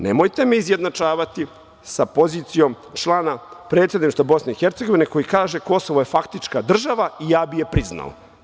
Nemojte me izjednačavati sa pozicijom člana Predsedništva Bosne i Hercegovine koji kaže Kosovo je faktička država i ja bih je priznao.